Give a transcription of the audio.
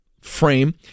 frame